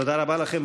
תודה רבה לכם.